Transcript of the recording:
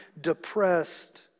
depressed